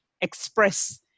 express